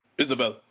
isabel,